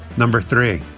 number three,